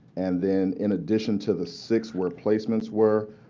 and then in addition to the six where placements were,